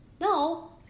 no